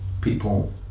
people